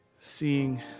Seeing